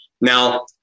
Now